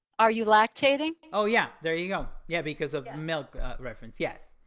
are you lactating? oh yeah. there you go. yeah, because of milk reference. yes.